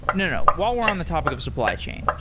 no, no. while we're on the topic of supply chain,